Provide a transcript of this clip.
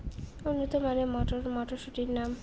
উন্নত মানের মটর মটরশুটির নাম?